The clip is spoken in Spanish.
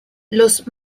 los